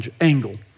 angle